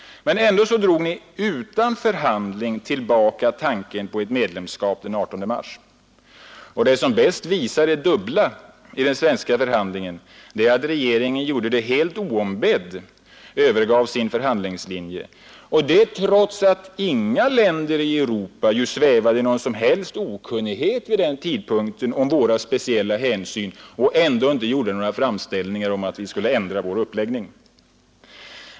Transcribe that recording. Ändå drog Ni utan förhandling tillbaka tanken på ett medlemskap den 18 mars. Det som bäst visar det dubbla i den svenska förhandlingen är att regeringen helt oombedd övergav sin förhandlingslinje, och det trots att inga länder i Europa svävade i någon som helst okunnighet vid den tidpunkten om våra speciella hänsyn och ändå inte gjorde några framställningar om att vi skulle ändra vår uppläggning.